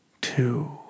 Two